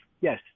yes